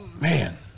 Man